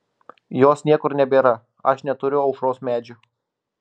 jos niekur nebėra aš neturiu aušros medžio